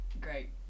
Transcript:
great